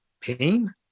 pain